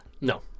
No